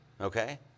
Okay